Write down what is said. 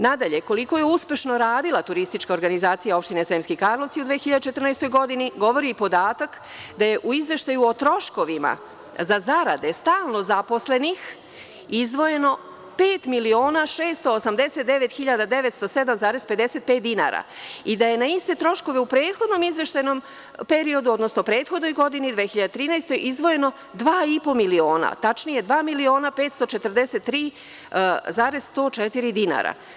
Nadalje, koliko je uspešno radila Turistička organizacija Opštine Sremski Karlovci u 2014. godini, govori i podatak da je u izveštaju o troškovima za zarade stalno zaposlenih izdvojeno 5.689.907,55 dinara, i da je na iste troškove u prethodnom izveštajnom periodu, odnosno prethodnoj godini 2013, izdvojeno 2,5 miliona, tačnije 2.543.104 dinara.